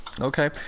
okay